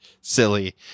silly